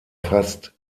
fast